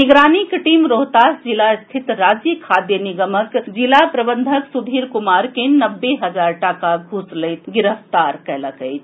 निगरानीक team Rohtas जिला स्थित राज्य खाद्य निगमक जिला प्रबंधक सुधीर कुमार के नब्बे हजार टाका घूस लैत गिरफ्तार कयलक अछि